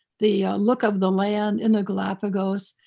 the look of the land in the galapagos,